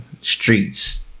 Streets